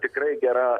tikrai gera